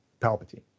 Palpatine